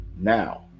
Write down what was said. Now